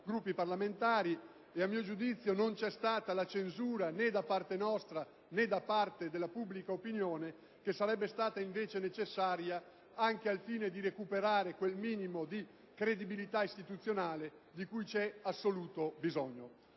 Gruppi parlamentari, e sul quale, a mio giudizio, non c'è stata quella censura, né da parte nostra, né da parte della pubblica opinione, che sarebbe stata invece necessaria, anche al fine di recuperare quel minimo di credibilità istituzionale di cui c'è assoluto bisogno.